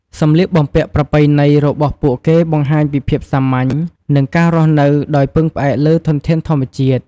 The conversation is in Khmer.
សម្លៀកបំពាក់ប្រពៃណីរបស់ពួកគេបង្ហាញពីភាពសាមញ្ញ និងការរស់នៅដោយពឹងផ្អែកលើធនធានធម្មជាតិ។